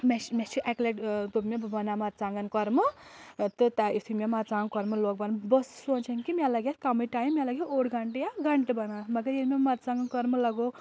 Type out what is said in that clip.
مےٚ چھِ مےٚ چھُ اکہِ لَٹہِ دوٚپ مےٚ بہٕ بَناوٕ مرژٕانٛگَن کوٚرمہٕ تہٕ یُتھُے مےٚ مَرژٕانٛگہٕ کوٚرمہٕ لوگ بَنہٕ بہٕ ٲسٕس سونٛچان کہِ مےٚ لَگہِ اَتھ کَمٕے ٹایِم مےٚ لَگہِ اوٚڑ گنٛٹہٕ یا گنٛٹہٕ بَنان مگر ییٚلہِ مےٚ مَرژٕانٛگَن کوٚرمہٕ لَگو